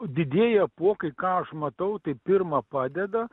didieji apuokai ką aš matau tai pirma padeda